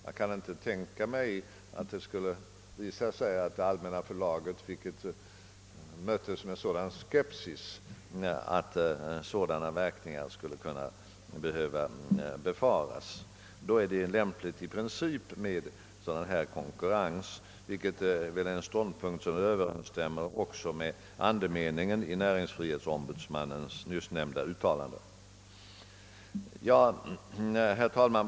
Jag kan inte tänka mig att det skulle visa sig att det allmänna förlaget möttes med sådan skepsis att något sådant behövde befaras. Det är i princip lämpligt med konkurrens, vilket väl är en ståndpunkt som också överensstämmer med andemeningen i näringsfrihetsombudsmannens NnySssnämnda yttrande. Herr talman!